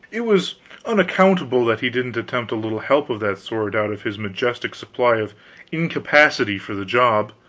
it was unaccountable that he didn't attempt a little help of that sort out of his majestic supply of incapacity for the job.